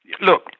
look